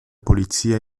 polizia